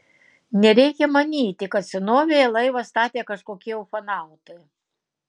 nereikia manyti kad senovėje laivą statė kažkokie ufonautai